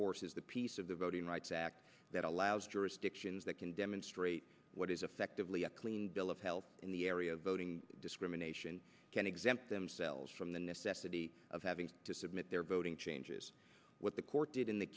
is the piece of the voting rights act that allows jurisdictions that can demonstrate what is effectively a clean bill of health in the area of voting discrimination can exempt themselves from the necessity of having to submit their voting changes what the court did in th